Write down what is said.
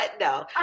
No